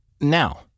Now